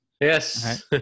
Yes